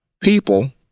people